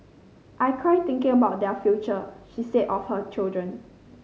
I cry thinking about their future she said of her children